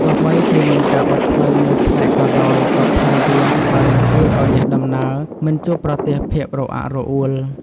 ទោះបីជាមានការបិទផ្លូវមួយផ្នែកក៏ដោយ ក៏ផ្លូវវាងបានជួយឱ្យអ្នកដំណើរមិនជួបប្រទះភាពរអាក់រអួល។